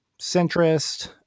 centrist